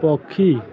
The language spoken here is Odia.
ପକ୍ଷୀ